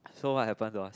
so what happened to us